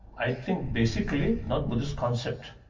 i think basically, not buddhist concept.